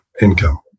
income